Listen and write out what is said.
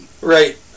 Right